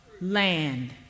land